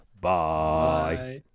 bye